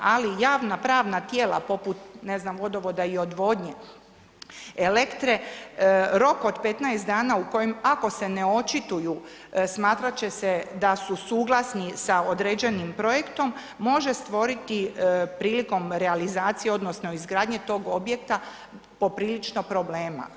Ali, javna pravna tijela poput, ne znam, Vodovoda i odvodnje, Elektre, rok od 15 dana u kojem, ako se ne očituju smatrat će se da su suglasni sa određenim projektom, može stvoriti prilikom realizacije odnosno izgradnje tog objekta poprilično problema.